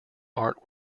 art